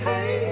Hey